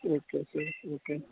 okay sir sir